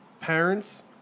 parents